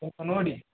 ಸ್ವಲ್ಪ ನೋಡಿ